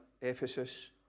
Ephesus